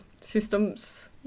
systems